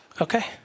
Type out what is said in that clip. Okay